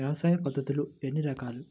వ్యవసాయ పద్ధతులు ఎన్ని రకాలు?